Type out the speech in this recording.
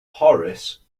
horace